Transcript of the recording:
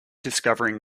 discovering